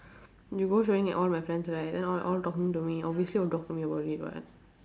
you go showing it all my friends right then all all talking to me obviously will talk to me about it [what]